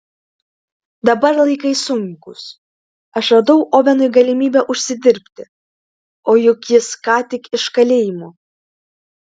dabar laikai sunkūs aš radau ovenui galimybę užsidirbti o juk jis ką tik iš kalėjimo